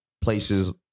places